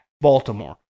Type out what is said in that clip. Baltimore